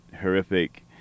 horrific